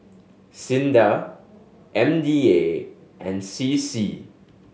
SINDA M D A and C C